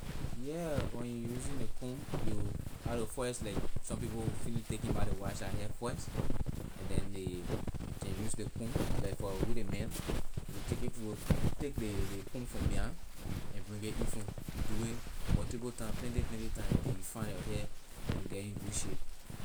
Yeah when you usig ley comb you have to first like some people will finish taking bath ley wash la hair first and then ley can use ley comb like for we ley men we will take it we will take ley ley comb from behind and bring it in front we do it multiple time plenty plenty time until you find your hair to get in good shape.